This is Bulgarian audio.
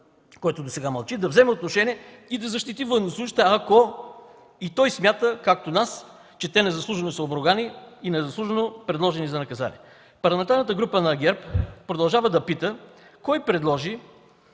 който досега мълчи, да вземе отношение и да защити военнослужещите, ако и той смята както нас, че те незаслужено са обругани и незаслужено предложени за наказания. Парламентарната група на ГЕРБ продължава да пита: Кой предложи